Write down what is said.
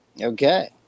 Okay